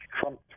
Trump